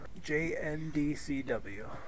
J-N-D-C-W